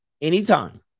Anytime